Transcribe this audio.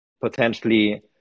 potentially